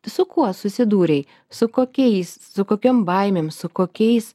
su kuo susidūrei su kokiais su kokiom baimėm su kokiais